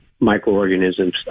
microorganisms